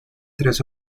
tres